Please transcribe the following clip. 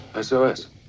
Sos